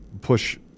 push